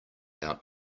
out